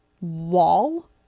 wall